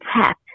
tap